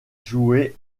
joueur